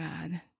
god